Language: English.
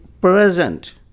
present